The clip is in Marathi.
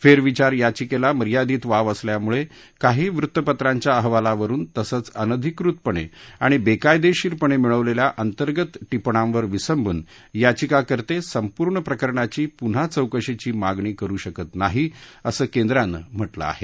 फेरविचार याचिकेला मर्यादित वाव असल्यामुळे काही वृत्तपत्रांच्या अहवालावरुन तसंच अनधिकृतपणे आणि बेकायदेशीरपणे मिळवलेल्या अंतर्गत टिपणांवर विसंबून याचिकाकर्ते संपूर्ण प्रकरणाची पुन्हा चौकशीची मागणी करू शकत नाही असं केंद्रानं म्हटलं आहे